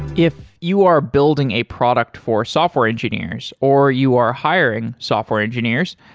if you are building a product for software engineers or you are hiring software engineers,